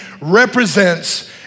represents